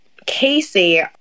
Casey